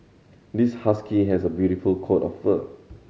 this husky has a beautiful coat of fur